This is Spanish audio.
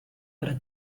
para